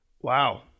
Wow